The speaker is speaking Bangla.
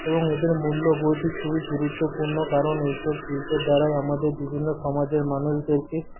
এবং এদের মূল্যবোধই খুব গুরুত্বপূর্ণ কারণ এসব শিল্পের দ্বারাই আমাদের বিভিন্ন সমাজের মানুষদেরকে